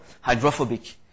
hydrophobic